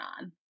on